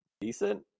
decent